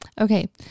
okay